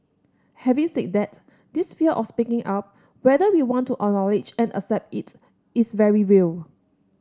having said that this fear of speaking up whether we want to acknowledge and accept it is very real